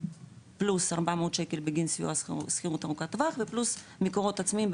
פלוס 400 שקל בגין סיוע שכירות ארוכת טווח ופלוס מקורות עצמיים,